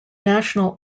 national